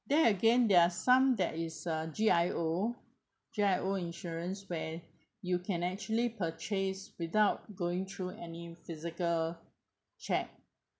there again there are some that is uh G_I_O G_I_O insurance where you can actually purchase without going through any physical check